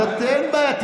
אין בעיה.